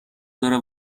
داره